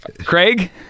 Craig